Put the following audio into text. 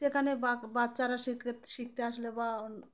সেখানে বা বাচ্চারা শিখ শিখতে আসলে বা